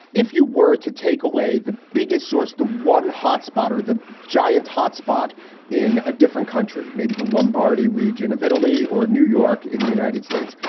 if you were to take away the biggest source, the one hotspot or the giant hotspot in a different country, maybe the lombardy region of italy or new york in the united states,